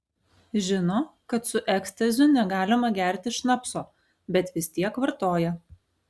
žino kad su ekstaziu negalima gerti šnapso bet vis tiek vartoja